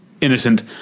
innocent